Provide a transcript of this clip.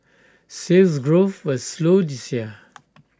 Sales Growth will slow this year